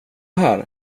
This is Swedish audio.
här